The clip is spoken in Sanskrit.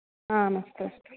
आम् अस्तु अस्तु